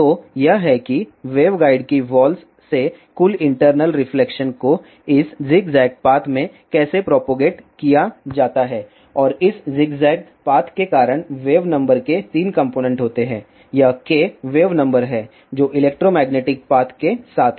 तो यह है कि वेवगाइड की वॉलस से कुल इंटरनल रिफ्लेक्शन को इस ज़िग ज़ैग पाथ में कैसे प्रोपगेट किया जाता है और इस ज़िग ज़ैग पाथ के कारण वेव नंबर के 3 कॉम्पोनेन्ट होते हैं यह k वेव नंबर है जो इलेक्ट्रोमैग्नेटिक पाथ के साथ है